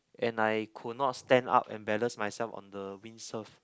and I could not stand up and balance myself on the windsurf